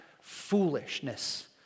foolishness